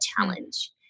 challenge